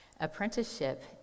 Apprenticeship